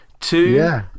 Two